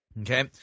Okay